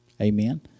Amen